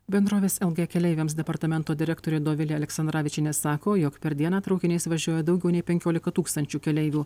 bendrovės lg keleiviams departamento direktorė dovilė aleksandravičienė sako jog per dieną traukiniais važiuoja daugiau nei penkiolika tūkstančių keleivių